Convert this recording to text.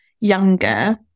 younger